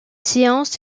séances